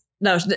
No